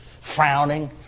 frowning